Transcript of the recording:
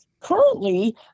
Currently